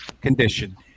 condition